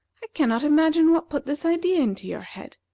i cannot imagine what put this idea into your head.